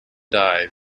dive